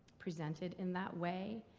presented in that way